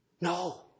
No